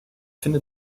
finde